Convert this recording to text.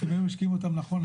אם היו משקיעים אותם נכון,